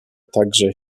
także